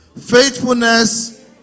Faithfulness